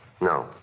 No